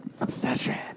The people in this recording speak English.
Obsession